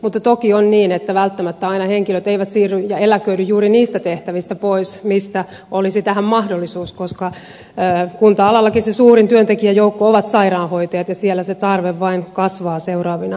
mutta toki on niin että välttämättä aina henkilöt eivät siirry ja eläköidy juuri niistä tehtävistä pois mistä olisi tähän mahdollisuus koska kunta alallakin se suurin työntekijäjoukko ovat sairaanhoitajat ja siellä se tarve vain kasvaa seuraavina vuosina